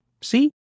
See